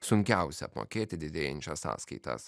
sunkiausia apmokėti didėjančias sąskaitas